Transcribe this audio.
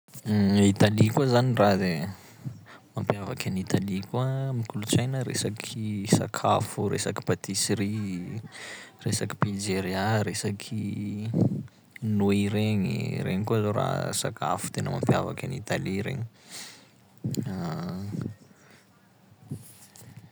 Italie koa zany raha zay mampiavaky an'Italie koa am' kolotsaina resaky sakafo, resaky pâtisserie, resaky pizzeria, resaky nouille regny, regny koa zao raha sakafo tena mampiavaky an'Italie regny.